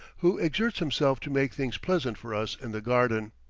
who exerts himself to make things pleasant for us in the garden.